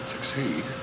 succeed